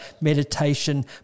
meditation